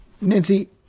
Nancy